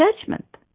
judgment